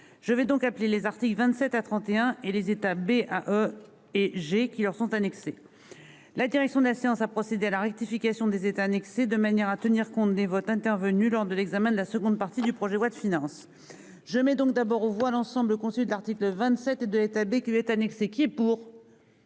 Je vais donc appelé les articles 27 à 31 et les États B A. Et j'ai qui leur sont annexés. La direction de la séance à procéder à la rectification des États annexée de manière à tenir compte des votes intervenus lors de l'examen de la seconde partie du projet de loi de finances je mets donc d'abord on voit l'ensemble le consul, l'article 27 de l'État qui est annexée qui est pour.--